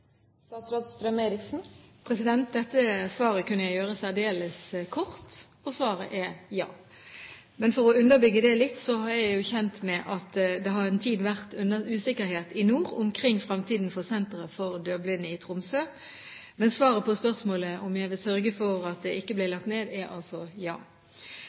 Dette svaret kunne jeg gjøre særdeles kort, og svaret er ja. For å underbygge det litt: Jeg er kjent med at det en tid har vært usikkerhet i nord omkring fremtiden for senteret for døvblinde i Tromsø, men svaret på spørsmålet om jeg vil sørge for at det ikke blir lagt ned, er altså ja.